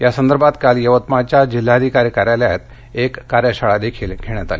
यासंदर्भात काल यवतमाळच्या जिल्हाधिकारी कार्यालयात जिल्हास्तरीय कार्यशाळाही घेण्यात आली